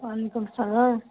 وعلیکُم سلام